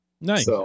nice